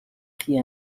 pris